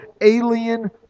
alien